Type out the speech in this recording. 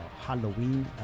Halloween